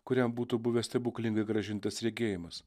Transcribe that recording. kuriam būtų buvę stebuklingai grąžintas regėjimas